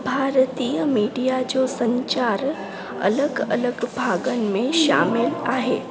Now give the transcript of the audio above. भारतीय मीडिया जो संचारु अलॻि अलॻि भाङनि में शामिलु आहे